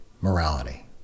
morality